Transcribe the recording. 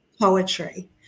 poetry